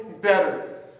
better